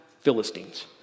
Philistines